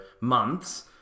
months